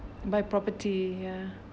buy property ya